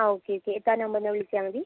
okay okay എത്താൻ ആകുമ്പോൾ ഒന്ന് വിളിച്ചാൽ മതി